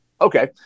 okay